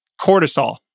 cortisol